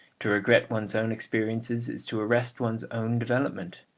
to regret one's own experiences is to arrest one's own development.